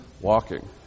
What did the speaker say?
walking